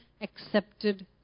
accepted